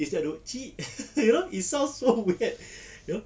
it's like dok cik you know it sound so weird know